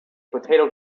potato